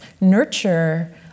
nurture